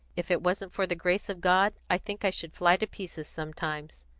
if it wasn't for the grace of god, i think i should fly to pieces sometimes.